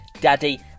Daddy